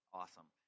awesome